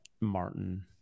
Martin